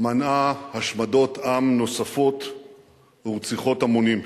מנעה השמדות עם נוספות ורציחות המונים?